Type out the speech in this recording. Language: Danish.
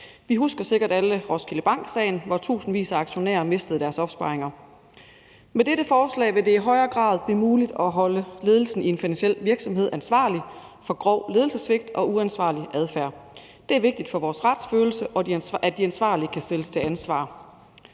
Vi husker sikkert alle Roskilde Bank-sagen, hvor tusindvis af aktionærer mistede deres opsparinger. Med dette forslag vil det i højere grad blive muligt at holde ledelsen i en finansiel virksomhed ansvarlig for grov ledelsessvigt og uansvarlig adfærd. Det er vigtigt for vores retsfølelse, at de ansvarlige kan stilles til ansvar.